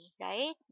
right